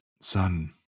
Son